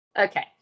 okay